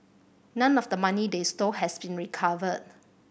none of the money they stole has been recovered